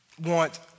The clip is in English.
want